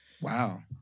Wow